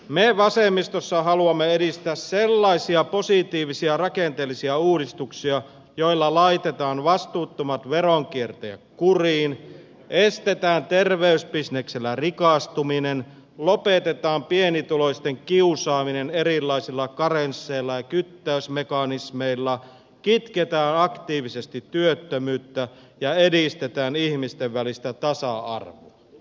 me vasemmistossa haluamme edistää sellaisia positiivisia rakenteellisia uudistuksia joilla laitetaan vastuuttomat veronkiertäjät kuriin estetään terveysbisneksellä rikastuminen lopetetaan pienituloisten kiusaaminen erilaisilla karensseilla ja kyttäysmekanismeilla kitketään aktiivisesti työttömyyttä ja edistetään ihmisten välistä tasa arvoa